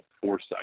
foresight